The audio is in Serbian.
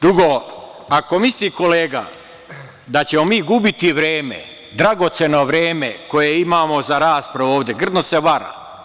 Drugo, ako misli kolega da ćemo mi gubiti vreme, dragoceno vreme koje imamo za raspravu ovde, grdno se vara.